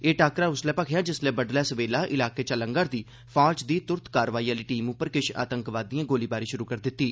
एह् टाक्करा उसलै भखेआ जिसलै बड्डलै सवेला इलाके चा लंग्घा'रदी फौज दी तुरत कार्रवाई आहली टीम उप्पर किश आतंकवादिएं गोलीबारी शुरु करी दित्ती